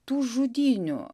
tų žudynių